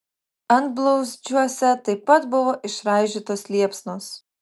antblauzdžiuose taip pat buvo išraižytos liepsnos